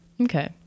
Okay